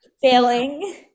failing